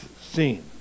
scene